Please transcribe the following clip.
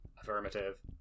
Affirmative